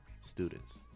students